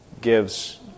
gives